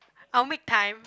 I will make time